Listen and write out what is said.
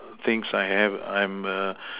things I have I am a